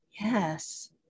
Yes